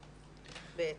בעצם.